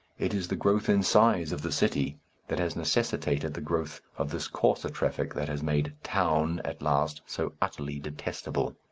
it is the growth in size of the city that has necessitated the growth of this coarser traffic that has made town at last so utterly detestable.